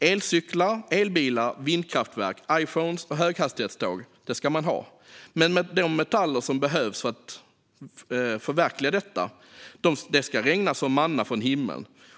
Elcyklar, elbilar, vindkraftverk, Iphones och höghastighetståg ska de ha. Men de metaller som behövs för att förverkliga detta ska regna som manna från himlen.